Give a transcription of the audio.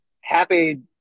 happy